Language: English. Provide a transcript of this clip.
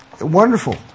Wonderful